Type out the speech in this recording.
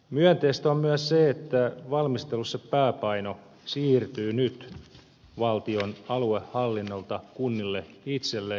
myönteistä on myös se että valmistelussa pääpaino siirtyy nyt valtion aluehallinnolta kunnille itselleen